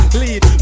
lead